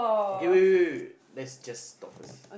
okay wait wait wait wait let's just stop first